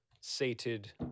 sated